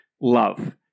love